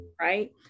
right